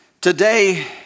Today